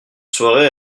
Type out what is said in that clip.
soirée